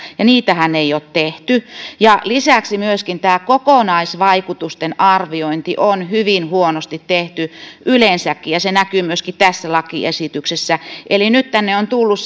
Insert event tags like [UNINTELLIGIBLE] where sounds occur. niitähän ei ole tehty lisäksi myöskin tämä kokonaisvaikutusten arviointi on hyvin huonosti tehty yleensäkin ja se näkyy myöskin tässä lakiesityksessä eli nyt tänne on tullut [UNINTELLIGIBLE]